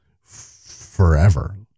forever